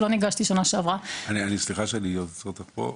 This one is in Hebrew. לא ניגשתי שנה שעברה --- סליחה שאני עוצר אותך פה,